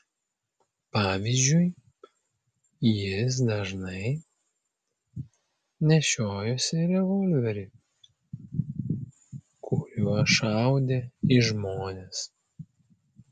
pavyzdžiui jis dažnai nešiojosi revolverį kuriuo šaudė į žmones